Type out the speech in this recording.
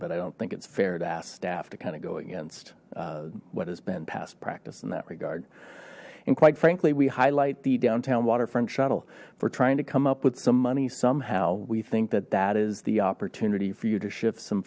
but i don't think it's fair to ask staff to kind of go against what has been passed practice in that regard and quite frankly we highlight the downtown waterfront shuttle for trying to come up with some money somehow we think that that is the opportunity for you to s